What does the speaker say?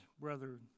brother